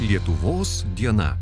lietuvos diena